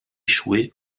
échoué